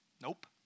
Nope